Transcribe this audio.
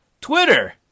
Twitter